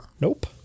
Nope